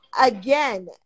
Again